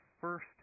first